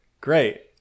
great